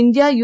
India U